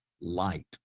light